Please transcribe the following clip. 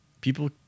people